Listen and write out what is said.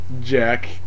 Jack